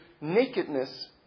nakedness